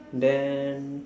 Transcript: then